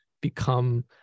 become